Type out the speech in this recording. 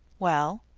well,